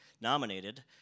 Nominated